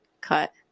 cut